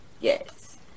yes